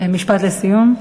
משפט לסיום.